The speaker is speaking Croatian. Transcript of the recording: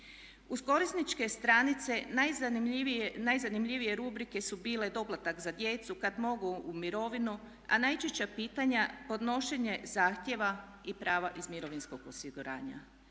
Uz korisničke stranice najzanimljivije rubrike su bile doplatak za djecu, kad mogu u mirovinu, a najčešća pitanja podnošenje zahtjeva i prava iz mirovinskog osiguranja.